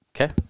Okay